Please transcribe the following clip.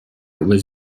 was